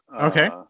okay